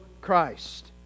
Christ